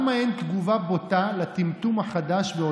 כמה פעולות של משרד הכלכלה והתעשייה לטיפול ביוקר המחיה: